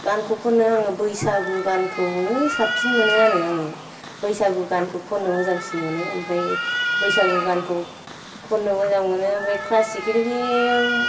गानखौ खनो आङो बैसागु गानखौनो साबसिन मोनो आरो आङो बैसागु गानखौ खननो मोजांसिन मोनो ओमफ्राय बैसागु गानखौ खननो मोजां मोनो ओमफ्राय क्लासिकेल नियाव